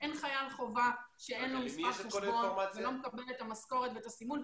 אין חייל חובה שאין לו מספר חשבון והוא לא מקבל את המשכורת ואת הסימון.